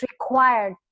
required